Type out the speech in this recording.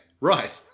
Right